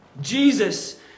Jesus